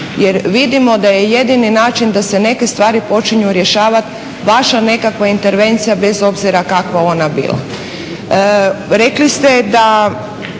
jer vidimo da je jedini način da se neke stvari počinju rješavati vaša nekakva intervencija bez obzira kakva ona bila. Rekli ste da